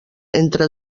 entre